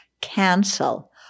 cancel